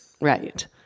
Right